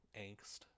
angst